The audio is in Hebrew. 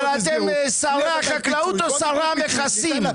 אבל אתם שרי החקלאות או שרי המכסים?